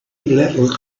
little